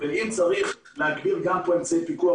אם צריך להגדיר גם פה אמצעי פיקוח,